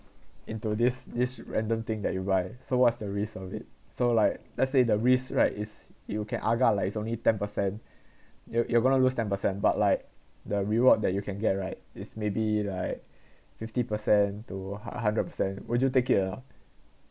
into this this random thing that you buy so what's the risk of it so like let's say the risk right is you can agak like it's only ten percent you you going to lose ten percent but like the reward that you can get right is maybe like fifty percent to hundred percent would you take it ah